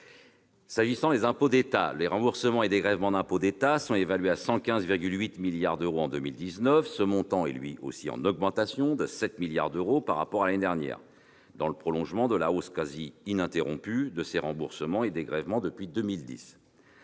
pertinence. Absolument ! Les remboursements et dégrèvements d'impôts d'État sont évalués à 115,8 milliards d'euros pour 2019. Ce montant est, lui aussi, en augmentation, de 7 milliards d'euros par rapport à l'année dernière, dans le prolongement de la hausse quasi ininterrompue de ces remboursements et dégrèvements depuis 2010.